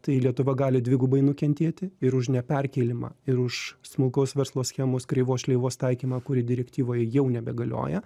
tai lietuva gali dvigubai nukentėti ir už neperkėlimą ir už smulkaus verslo schemos kreivos šleivos taikymą kuri direktyvoje jau nebegalioja